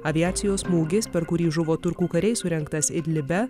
aviacijos smūgiais per kurį žuvo turkų kariai surengtas idlibe